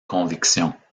convictions